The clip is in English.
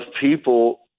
people